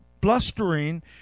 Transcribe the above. blustering